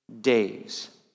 days